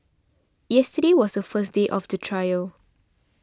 yesterday was the first day of the trial